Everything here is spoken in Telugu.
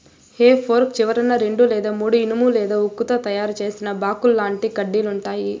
హె ఫోర్క్ చివరన రెండు లేదా మూడు ఇనుము లేదా ఉక్కుతో తయారు చేసిన బాకుల్లాంటి కడ్డీలు ఉంటాయి